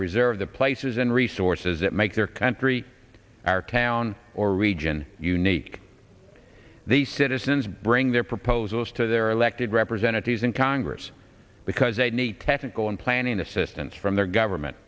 preserve the places and resources that make their country our town or region unique the citizens bring their proposals to their elected representatives in congress because they need technical and planning assistance from their government